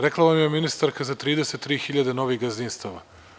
Rekla vam je ministarka za 33.000 novih gazdinstava.